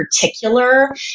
particular